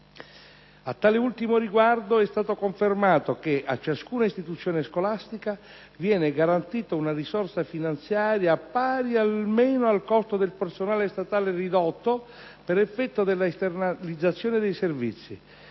A tale ultimo riguardo è stato confermato che a ciascuna istituzione scolastica viene garantita una risorsa finanziaria pari almeno al costo del personale statale ridotto per effetto della esternalizzazione dei servizi.